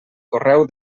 correu